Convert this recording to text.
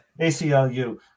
ACLU